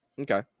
Okay